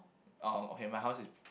ah okay my house is